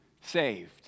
saved